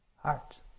hearts